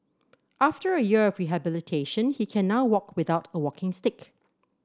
after a year of rehabilitation he can now walk without a walking stick